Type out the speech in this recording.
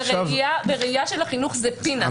בראייה של החינוך זה פינטס.